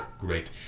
great